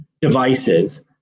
devices